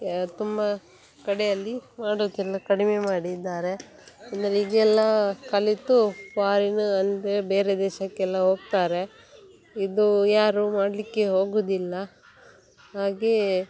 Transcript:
ಯ ತುಂಬ ಕಡೆಯಲ್ಲಿ ಮಾಡುದನ್ನು ಕಡಿಮೆ ಮಾಡಿದ್ದಾರೆ ಅಂದರೆ ಈಗ ಎಲ್ಲ ಕಲಿತು ಫಾರಿನ್ ಅಂದರೆ ಬೇರೆ ದೇಶಕ್ಕೆಲ್ಲ ಹೋಗ್ತಾರೆ ಇದು ಯಾರೂ ಮಾಡಲಿಕ್ಕೆ ಹೋಗುವುದಿಲ್ಲ ಹಾಗೆಯೇ